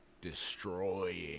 destroying